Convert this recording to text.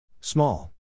Small